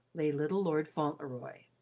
lay little lord fauntleroy.